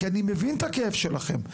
כי אני מבין את הכאב שלכם,